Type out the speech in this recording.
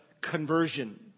conversion